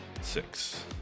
six